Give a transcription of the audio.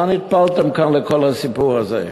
מה נטפלתם כאן לכל הסיפור הזה?